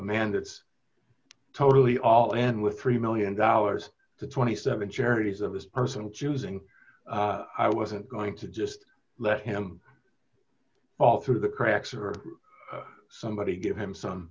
man that's totally all in with three million dollars to twenty seven charities of his person choosing i wasn't going to just let him fall through the cracks or somebody give him some